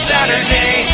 Saturday